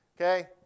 Okay